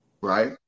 right